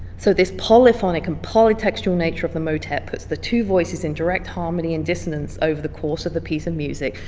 so this polyphonic and poly-textual nature of the motet puts the two voices in direct harmony and dissonance over the course of the piece of music,